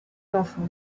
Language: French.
enfants